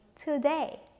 today